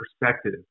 perspective